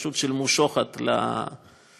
פשוט שילמו שוחד לרוצחים,